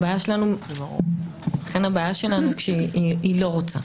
הבעיה שלנו, כשהיא לא רוצה.